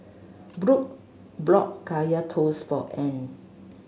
Brook Kaya Toast for Ean